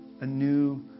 anew